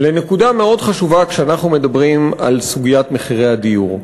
לנקודה מאוד חשובה כשאנחנו מדברים על סוגיית מחירי הדיור.